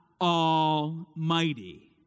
Almighty